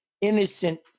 innocent